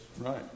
Right